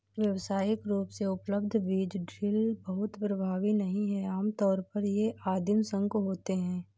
व्यावसायिक रूप से उपलब्ध बीज ड्रिल बहुत प्रभावी नहीं हैं आमतौर पर ये आदिम शंकु होते हैं